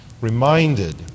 reminded